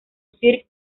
sir